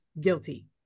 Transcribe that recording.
guilty